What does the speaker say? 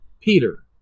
Peter